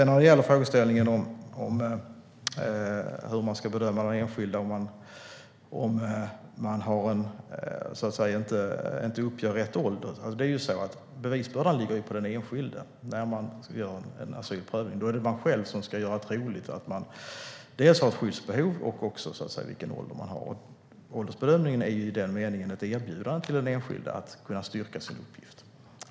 När det gäller frågeställningen hur man ska bedöma om den enskilde inte uppger rätt ålder är det ju så att bevisbördan ligger på den enskilde. När en asylprövning görs är det man själv som ska göra troligt dels att man har ett skyddsbehov, dels vilken ålder man har. Åldersbedömningen är i den meningen ett erbjudande till den enskilde att styrka sin uppgift.